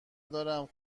دارم